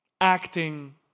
acting